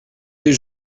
des